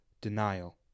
denial